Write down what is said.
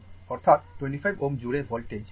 অর্থাৎ 25 Ω জুড়ে voltage জন্য V2 এটি 25 Ω